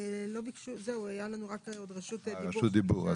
היה רק רשות דיבור.